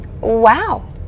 wow